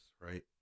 right